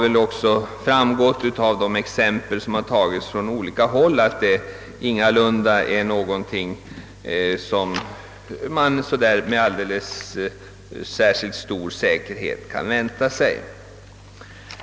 Det har också framgått av de exempel som av kommunikationsministern tagits från olika håll, att detta inte är någonting som man med särskilt stor säkerhet kan vänta sig.